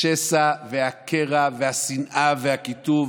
השסע והקרע והשנאה והקיטוב.